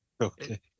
Okay